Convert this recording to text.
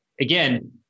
again